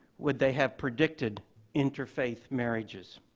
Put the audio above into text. would they have predicted interfaith marriages?